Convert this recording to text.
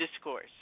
Discourse